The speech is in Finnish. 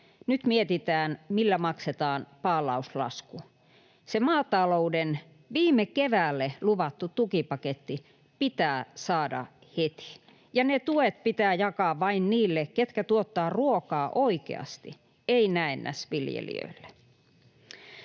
Nyt mietitään, millä maksetaan paalauslasku. Se maatalouden viime keväälle luvattu tukipaketti pitää saada heti, ja ne tuet pitää jakaa vain niille, ketkä tuottaa ruokaa oikeasti, ei näennäisviljelijöille.”